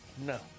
No